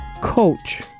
coach